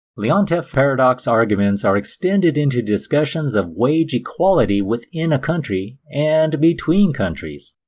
leontief paradox arguments are extended into discussions of wage equality within a country and between countries.